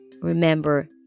remember